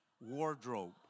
wardrobe